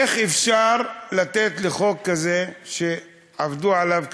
איך אפשר לתת לחוק כזה, שעבדו עליו קשה,